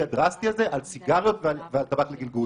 הדרסטי הזה על סיגריות ועל טבק לגלגול.